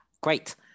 great